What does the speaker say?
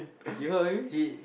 you heard of him